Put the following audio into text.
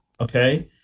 Okay